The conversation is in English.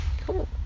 Cool